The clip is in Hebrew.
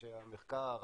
אנשי המחקר,